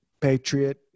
Patriot